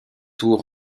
tour